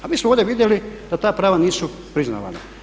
A mi smo ovdje vidjeli da ta prava nisu priznavana.